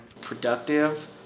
productive